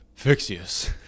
Fixius